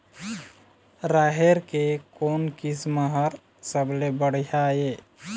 राहेर के कोन किस्म हर सबले बढ़िया ये?